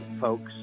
folks